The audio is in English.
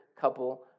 couple